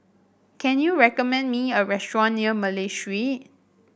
can you recommend me a restaurant near Malay Street